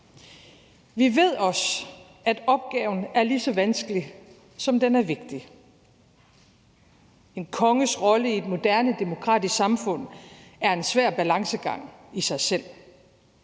Vi ved også, at opgaven er lige så vanskelig, som den er vigtig. En konges rolle i et moderne demokratisk samfund er en svær balancegang i sig selv,